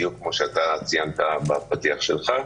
בדיוק כמו שאתה ציינת בפתיח שלך,